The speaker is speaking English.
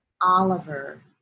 Oliver